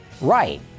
right